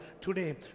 today